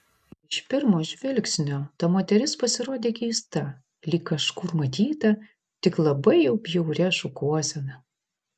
iš pirmo žvilgsnio ta moteris pasirodė keista lyg kažkur matyta tik labai jau bjauria šukuosena